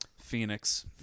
Phoenix